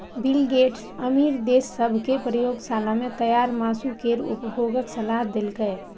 bill Gates अमीर देश सभ कें प्रयोगशाला मे तैयार मासु केर उपभोगक सलाह देलकैए